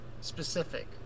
specific